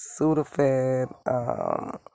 Sudafed